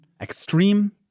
extreme